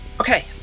Okay